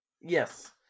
yes